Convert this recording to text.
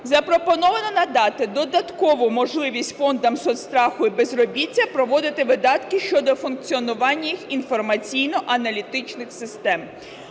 запропоновано надати додаткову можливість фондам соцстраху і безробіття проводити видатки щодо функціонування інформаційно-аналітичних систем,